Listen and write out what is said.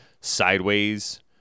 sideways